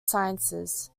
sciences